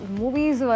movies